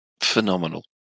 phenomenal